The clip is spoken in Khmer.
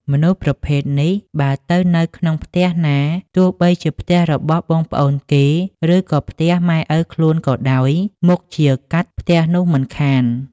មនុស្សប្រភេទនេះ បើទៅនៅក្នុងផ្ទះណា ទោះបីជាផ្ទះរបស់បងប្អូនគេ ឬក៏ផ្ទះម៉ែឪខ្លួនក៏ដោយ មុខជា «កាត់» ផ្ទះនោះមិនខាន ។